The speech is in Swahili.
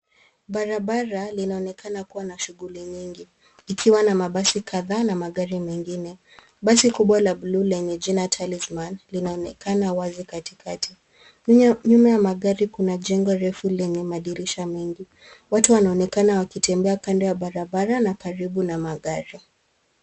Barabara linaonekana kuwa na shughuli nyingi ikiwa na mabasi kadhaa na magari mengine. Basi kubwa la bluu lenye jina Talisman linaonekana wazi katikati. Nyuma ya magari kuna jengo refu lenye madirisha mengi. Watu wanaonekana wakitembea kando ya barabara na karibu na magari.